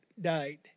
died